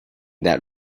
that